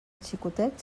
xicotet